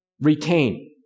retain